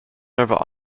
over